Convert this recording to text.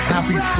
Happy